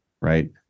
right